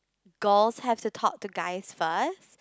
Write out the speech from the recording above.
girls have to talk to guys first